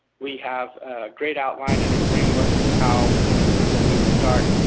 we have a great outline and a framework of how you would start